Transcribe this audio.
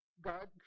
God